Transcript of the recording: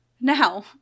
Now